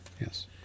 yes